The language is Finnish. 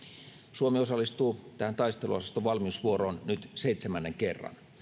suomi osallistuu tähän taisteluosaston valmiusvuoroon nyt seitsemännen kerran